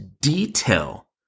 detail